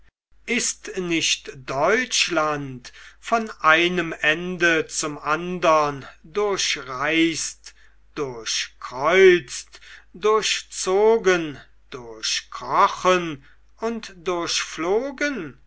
ist nicht deutschland von einem ende zum andern durchreist durchkreuzt durchzogen durchkrochen und